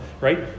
right